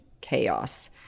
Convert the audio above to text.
chaos